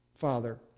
Father